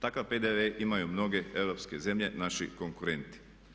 Takav PDV imaju mnoge europske zemlje, naši konkurenti.